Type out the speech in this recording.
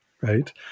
right